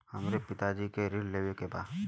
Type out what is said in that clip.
हमरे पिता जी के ऋण लेवे के बा?